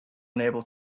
unable